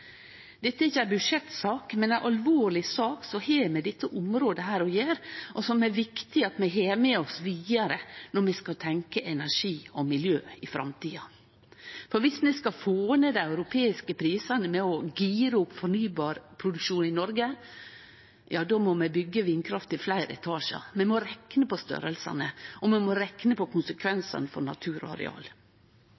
Dette er ikkje ei budsjettsak, men ei alvorleg sak som har med dette området å gjere, og som det er viktig at vi har med oss vidare når vi skal tenkje energi og miljø i framtida. For viss vi skal få ned dei europeiske prisane ved å gire opp fornybar produksjon i Noreg, då må vi byggje vindkraft i fleire etasjar. Vi må rekne på storleikane, og vi må rekne på